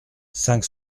cinq